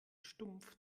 stumpf